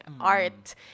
art